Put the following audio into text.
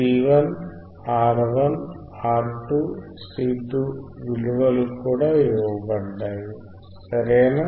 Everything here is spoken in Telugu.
C1 R1 R2 C2 విలువలు కూడా ఇవ్వబడ్డాయి సరేనా